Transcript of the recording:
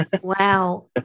Wow